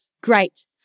great